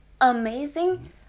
amazing